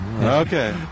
Okay